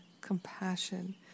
compassion